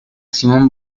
simón